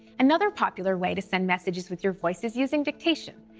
another popular way to send messages with your voice is using dictation.